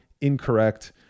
incorrect